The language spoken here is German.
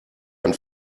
ein